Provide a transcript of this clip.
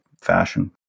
fashion